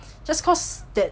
just cause that